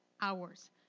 hours